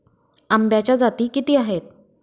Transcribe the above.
आंब्याच्या जाती किती आहेत?